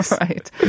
Right